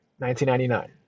1999